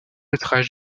métrage